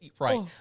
Right